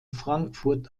frankfurt